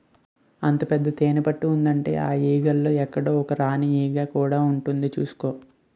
అంత పెద్ద తేనెపట్టు ఉందంటే ఆ ఈగల్లో ఎక్కడో ఒక రాణీ ఈగ ఉంటుంది చూసుకో